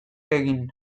egin